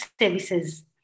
services